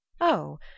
Oh